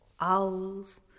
Owls